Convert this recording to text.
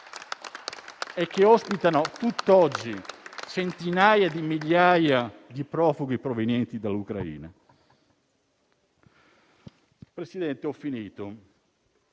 e che ospitano tutt'oggi centinaia di migliaia di profughi provenienti dall'Ucraina. Signor